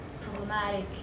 problematic